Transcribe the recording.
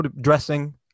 dressing